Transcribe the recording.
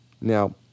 Now